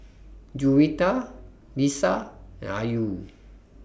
Juwita Lisa and Ayu